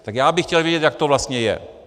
Tak já bych chtěl vědět, jak to vlastně je.